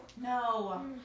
No